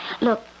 Look